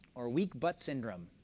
or weak butt syndrome.